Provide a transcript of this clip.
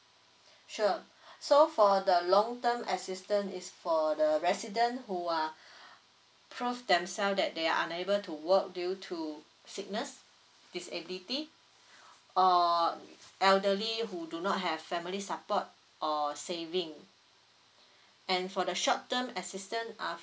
sure so for the long term assistance is for the resident who are prove themselves that they are unable to work due to sickness disability or elderly who do not have family support or saving and for the short term assistant are